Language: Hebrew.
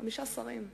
חמישה שרים.